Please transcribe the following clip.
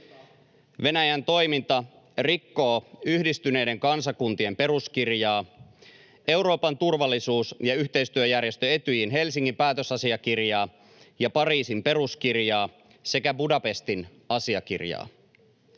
Venäjän toiminta rikkoo Yhdistyneiden kansakuntien peruskirjaa, Euroopan turvallisuus- ja yhteistyöjärjestö Etyjin Helsingin päätösasiakirjaa ja Pariisin peruskirjaa sekä Budapestin asiakirjaa.